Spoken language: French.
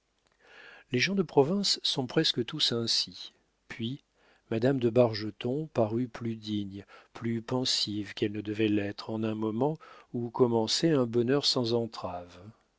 les gens de province sont presque tous ainsi puis madame de bargeton parut plus digne plus pensive qu'elle ne devait l'être en un moment où commençait un bonheur sans entraves